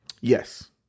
Yes